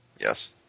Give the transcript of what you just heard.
Yes